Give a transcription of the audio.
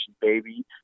baby